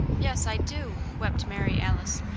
yes, i do! wept mary alice,